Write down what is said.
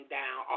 down